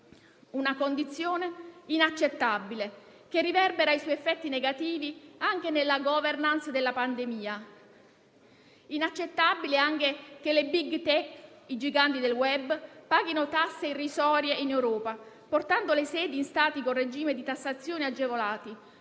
una condizione inaccettabile che riverbera i suoi effetti negativi anche nella *governance* della pandemia. È altresì inaccettabile anche che le cosiddette *big tech*, i giganti del *web*, paghino tasse irrisorie in Europa, portando le loro sedi in Stati con regimi di tassazione agevolati,